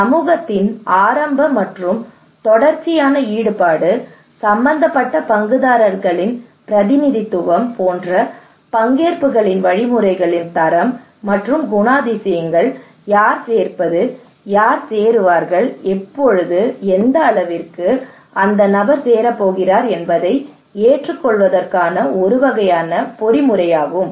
சமூகத்தின் ஆரம்ப மற்றும் தொடர்ச்சியான ஈடுபாடு சம்பந்தப்பட்ட பங்குதாரர்களின் பிரதிநிதித்துவம் போன்ற பங்கேற்புகளின் வழிமுறைகளின் தரம் மற்றும் குணாதிசயங்களை யார் சேர்ப்பது யார் சேருவார்கள் எப்போது எந்த அளவிற்கு அந்த நபர் சேரப்போகிறார் என்பதை ஏற்றுக்கொள்வதற்கான ஒரு வகையான பொறிமுறையாகும்